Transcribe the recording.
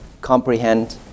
comprehend